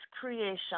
creation